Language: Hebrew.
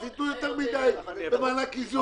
אז ייתנו יותר מדי במענק האיזון.